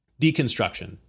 deconstruction